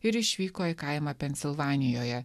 ir išvyko į kaimą pensilvanijoje